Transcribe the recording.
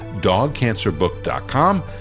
dogcancerbook.com